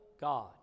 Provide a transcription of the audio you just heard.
God